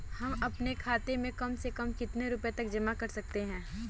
हम अपने खाते में कम से कम कितने रुपये तक जमा कर सकते हैं?